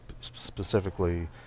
specifically